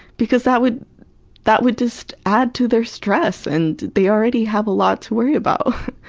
because that would that would just add to their stress and they already have a lot to worry about.